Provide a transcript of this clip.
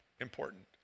important